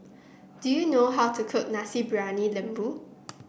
do you know how to cook Nasi Briyani Lembu